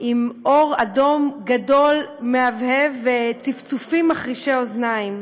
עם אור אדום גדול מהבהב וצפצופים מחרישי אוזניים.